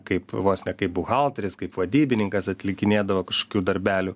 kaip vos ne kaip buhalteris kaip vadybininkas atlikinėdavo kažkokių darbelių